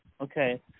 okay